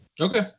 Okay